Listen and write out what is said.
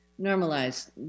normalize